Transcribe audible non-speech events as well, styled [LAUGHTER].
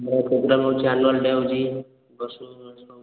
ମୋ ପ୍ରୋଗ୍ରାମ୍ ହେଉଛି annual day ହେଉଛି [UNINTELLIGIBLE]